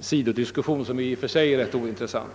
sidodiskussion som i och för sig är rätt ointressant.